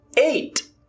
eight